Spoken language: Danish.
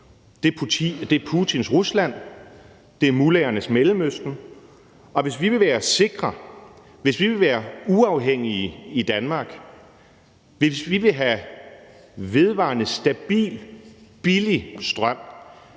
Det er Putins Rusland, og det er mullahernes Mellemøsten. Hvis vi vil være sikre og uafhængige i Danmark, og hvis vi vil have vedvarende stabil, billig strøm,